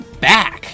back